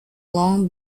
long